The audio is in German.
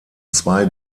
zwei